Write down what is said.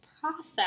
process